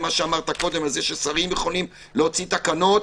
למה שאמרת קודם על זה ששרים יכולים להוציא תקנות,